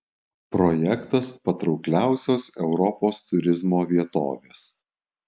projektas patraukliausios europos turizmo vietovės